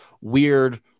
weird